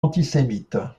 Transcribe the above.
antisémite